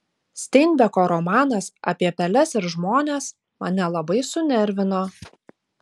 steinbeko romanas apie peles ir žmones mane labai sunervino